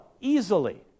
easily